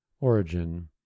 Origin